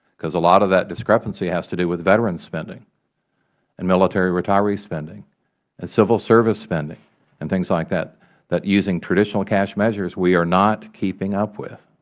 because a lot of that discrepancy has to do with veteran spending and military retiree spending and civil service spending and things like that that, using traditional cash measures, we are keeping up with.